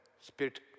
spirit